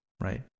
right